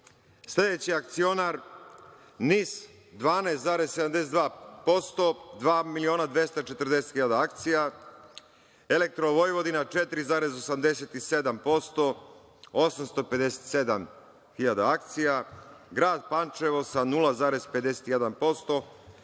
Sledeći akcionar NIS 12,72%, 2 miliona i 240.000 akcija, „Elektro Vojvodina“ 4,87%, 857.000 akcija, grad Pančevo sa 0,51%